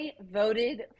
voted